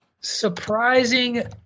surprising